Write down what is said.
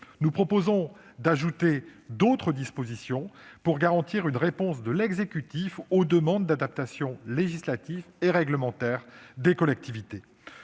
Nous proposerons d'ajouter d'autres dispositions, afin de garantir une réponse de l'exécutif aux demandes d'adaptation législative et réglementaire des collectivités.